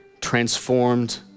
transformed